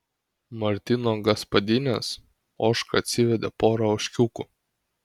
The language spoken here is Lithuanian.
martyno gaspadinės ožka atsivedė porą ožkiukų